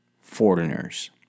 foreigners